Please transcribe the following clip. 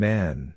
Man